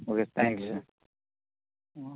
okay thank you sir